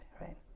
right